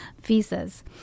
visas